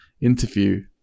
interview